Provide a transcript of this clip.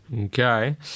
Okay